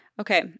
Okay